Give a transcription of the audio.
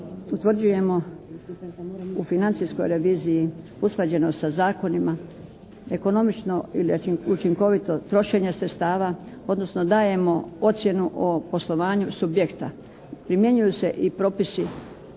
utvrđujemo, u financijskoj reviziji usklađenost sa zakonima, ekonomično ili učinkovito trošenje sredstava, odnosno dajemo ocjenu o poslovanju subjekta. Primjenjuju se i propisi